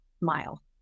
mile